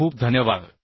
खूप खूप धन्यवाद